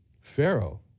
Pharaoh